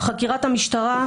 חקירת המשטרה,